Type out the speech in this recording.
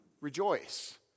rejoice